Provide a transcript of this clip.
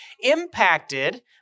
impacted